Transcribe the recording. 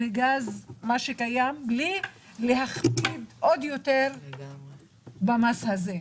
לגז שקיים בלי להכביד עוד יותר במס הזה?